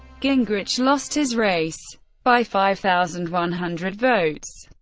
gingrich lost his race by five thousand one hundred votes.